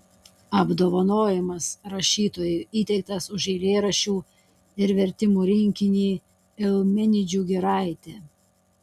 apdovanojimas rašytojui įteiktas už eilėraščių ir vertimų rinkinį eumenidžių giraitė